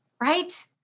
right